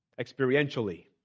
experientially